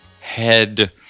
head